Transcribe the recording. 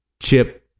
Chip